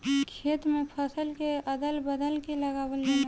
खेत में फसल के अदल बदल के लगावल जाला